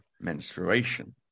menstruation